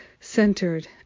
centered